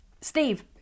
Steve